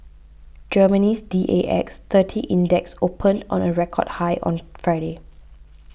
Germany's D A X thirty Index opened on a record high on Friday